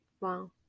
Wow